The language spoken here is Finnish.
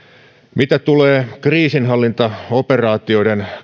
mitä tulee kriisinhallintaoperaatioiden